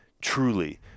truly